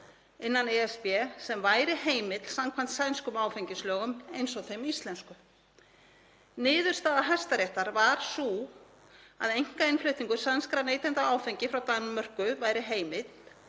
innan ESB sem væri heimill samkvæmt sænskum áfengislögum eins og þeim íslensku. Niðurstaða Hæstaréttar var sú að einkainnflutningur sænskra neytenda á áfengi frá Danmörku væri heimill